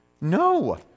no